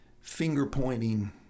finger-pointing